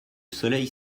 soleil